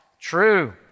True